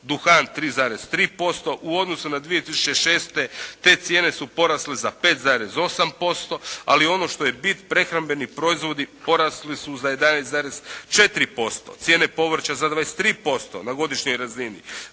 duhan 3,3%. U odnosu na 2006. te cijene su porasle za 5,8% ali ono što je bit prehrambeni proizvodi porasli su za 11,4%, cijene povrća za 23% na godišnjoj razini,